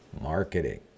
marketing